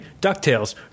DuckTales